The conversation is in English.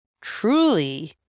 truly